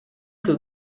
que